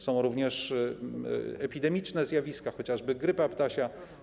Są również epidemiczne zjawiska, chociażby grypa ptasia.